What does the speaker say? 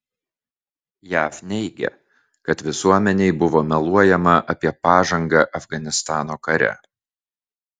jav neigia kad visuomenei buvo meluojama apie pažangą afganistano kare